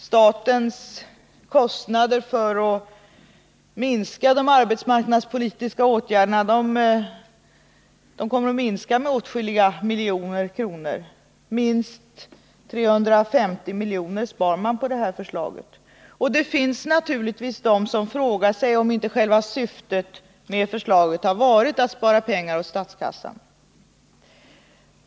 Statens kostnader för de arbetsmarknadspolitiska åtgärderna kommer att minska med åtskilliga miljoner kronor. Minst 350 miljoner sparar man på det här förslaget. Och det finns naturligtvis de som frågar sig om inte själva syftet med förslaget har varit att spara pengar åt statskassan.